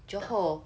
johor